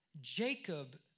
Jacob